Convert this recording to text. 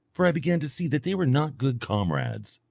for i began to see that they were not good comrades.